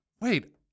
wait